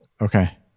okay